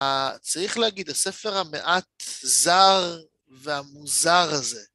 צריך להגיד, הספר המעט זר והמוזר הזה,